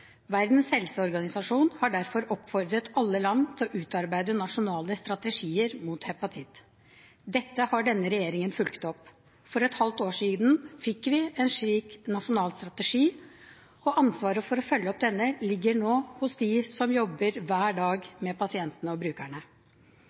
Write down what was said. Verdens helseorganisasjon har derfor oppfordret alle land til å utarbeide nasjonale strategier mot hepatitt. Dette har denne regjeringen fulgt opp. For et halvt år siden fikk vi en slik nasjonal strategi, og ansvaret for å følge opp denne ligger nå hos dem som jobber hver dag